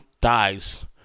dies